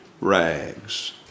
rags